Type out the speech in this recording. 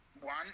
one